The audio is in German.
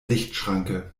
lichtschranke